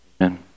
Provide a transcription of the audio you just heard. Amen